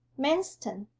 manston,